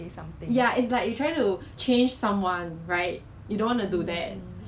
okay personally I'm a introvert so I actually enjoy staying at home